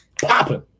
popping